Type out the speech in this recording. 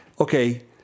Okay